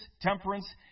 temperance